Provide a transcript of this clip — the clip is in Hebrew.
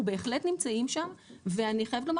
אנחנו בהחלט נמצאים שם ואני חייבת לומר